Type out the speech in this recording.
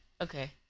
Okay